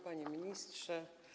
Panie Ministrze!